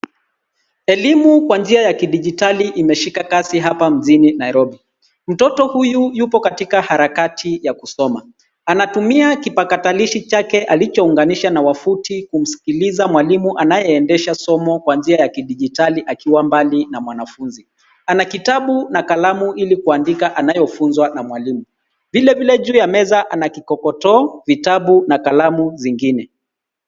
Elimu kwa njia ya kidijitali imeshika kasi hapa mjini Nairobi. Mtoto huyu yupo katika harakati ya kusoma anatumia kipakatalishi chake alichounganisha na wavuti kumsikiliza mwalimu anayeendesha somo kwa njia ya kidijitali akiwa mbali na mwanafunzi. Ana kitabu na kalamu ili kuandika anayofunzwa na mwalimu ,vile vile juu ya meza ana kikokotoo, vitabu na kalamu zingine.